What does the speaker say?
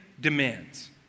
demands